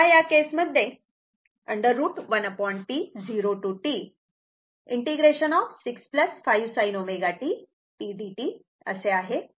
तेव्हा या केस मध्ये हे √ 1T 0 ते T ∫ 6 5 sin ω t t dt असे आहे